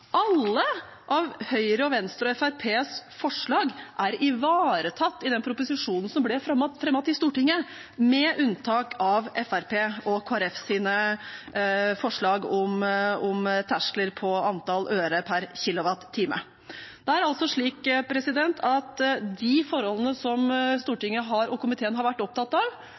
forslag er ivaretatt i den proposisjonen som ble fremmet til Stortinget, med unntak av Fremskrittspartiets og Kristelig Folkepartis forslag om terskler på antall øre per kilowattime. Det er altså slik at de forholdene Stortinget og komiteen har vært opptatt av,